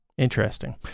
interesting